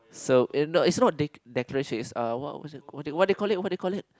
so it no it's not de~ declaration it's uh what was it what they call it what they call it